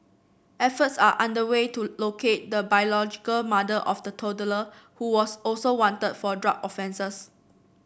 efforts are underway to locate the biological mother of the toddler who was also wanted for drug offences